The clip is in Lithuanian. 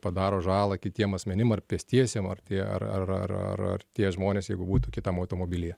padaro žalą kitiem asmenim ar pėstiesiem ar tai ar ar ar ar tie žmonės jeigu būtų kitam automobilyje